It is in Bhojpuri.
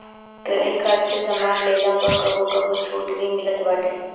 क्रेडिट कार्ड से सामान लेहला पअ कबो कबो छुट भी मिलत बाटे